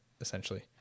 essentially